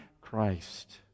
Christ